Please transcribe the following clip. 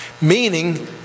meaning